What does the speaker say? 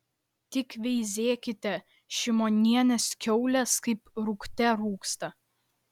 tik veizėkite šimonienės kiaulės kaip rūgte rūgsta